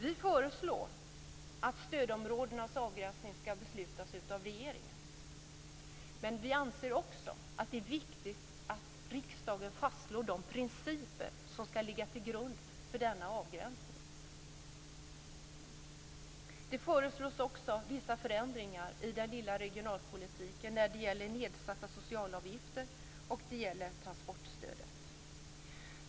Vi föreslår att stödområdenas avgränsning skall beslutas av regeringen. Men vi anser också att det är viktigt att riksdagen fastslår de principer som skall ligga till grund för denna avgränsning. Det föreslås också vissa förändringar i den lilla regionalpolitiken när det gäller nedsatta socialavgifter och transportstödet.